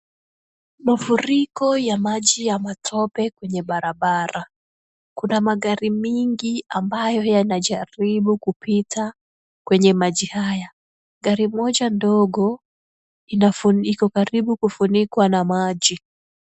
Mafuriko ya maji ya matope kwenye barabara. Kuna magari mingi ambayo yanajaribu kupita kwenye maji haya. Gari moja ndogo inafu iko karibu kufunikwa na maji.